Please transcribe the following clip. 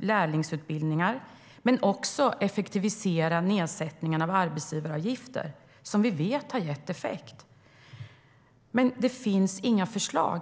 lärlingsutbildningar men också effektivisera nedsättningarna av arbetsgivaravgifter som vi vet har gett effekt. Men det finns inga förslag.